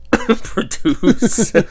Produce